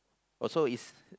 or so is